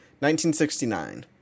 1969